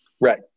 right